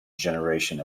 generation